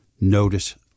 notice